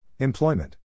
Employment